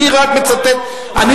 אני רק מצטט, העובדות.